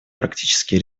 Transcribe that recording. практические